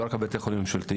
ולא רק בבתי החולים הממשלתיים,